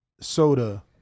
soda